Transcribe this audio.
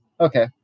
Okay